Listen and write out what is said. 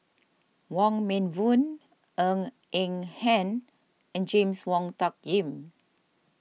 Wong Meng Voon Ng Eng Hen and James Wong Tuck Yim